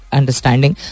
understanding